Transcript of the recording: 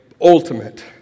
ultimate